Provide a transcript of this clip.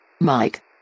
Mike